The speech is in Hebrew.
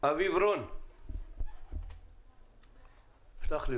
אביב רון, בבקשה.